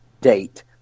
date